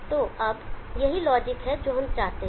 तो अब यही लॉजिक है जो हम चाहते हैं